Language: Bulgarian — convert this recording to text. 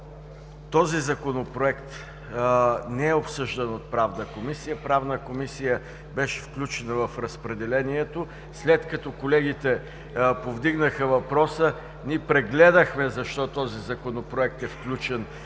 този Законопроект не е обсъждан от Правната комисия. Правната комисия беше включена в разпределението. След като колегите повдигнаха въпроса, ние прегледахме защо този Законопроект е